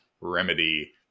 remedy